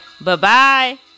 bye-bye